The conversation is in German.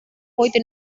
heute